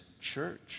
church